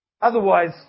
Otherwise